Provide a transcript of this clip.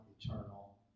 eternal